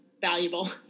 valuable